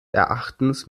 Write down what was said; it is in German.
erachtens